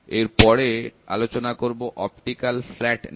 এরপরে আলোচনা করব অপটিক্যাল ফ্ল্যাট নিয়ে